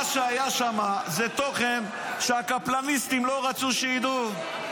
מה שהיה שם זה תוכן שהקפלניסטים לא רצו שידעו,